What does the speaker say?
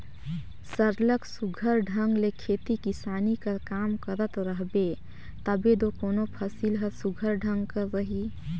सरलग सुग्घर ढंग ले खेती किसानी कर काम करत रहबे तबे दो कोनो फसिल हर सुघर ढंग कर रही